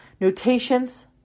notations